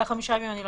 לחמישה ימים אני לא